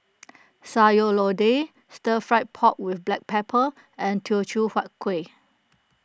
Sayur Lodeh Stir Fry Pork with Black Pepper and Teochew Huat Kueh